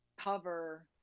cover